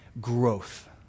Growth